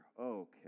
Okay